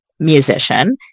musician